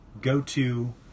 go-to